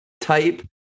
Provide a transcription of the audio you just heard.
type